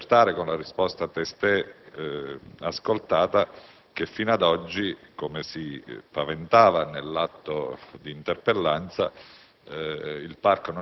Abbiamo potuto accertare, con la risposta testé ascoltata, che fino ad oggi, come si paventava nell'atto di interpellanza,